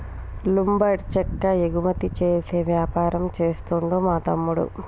lumber చెక్క ఎగుమతి చేసే వ్యాపారం చేస్తుండు మా తమ్ముడు